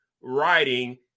writing